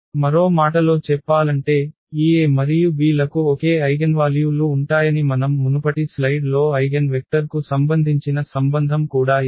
మరో మాటలో చెప్పాలంటే ఈ A మరియు B లకు ఒకే ఐగెన్వాల్యూ లు ఉంటాయని మనం మునుపటి స్లైడ్లో ఐగెన్వెక్టర్ కు సంబంధించిన సంబంధం కూడా ఇదే